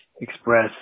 express